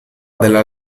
della